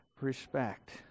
respect